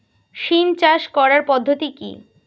সিম চাষ করার পদ্ধতি কী?